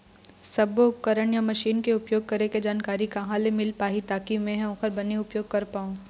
सब्बो उपकरण या मशीन के उपयोग करें के जानकारी कहा ले मील पाही ताकि मे हा ओकर बने उपयोग कर पाओ?